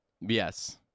Yes